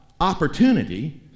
opportunity